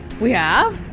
we have?